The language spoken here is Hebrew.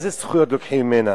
איזה זכויות לוקחים ממנה?